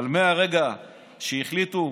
אבל מהרגע שהחליטו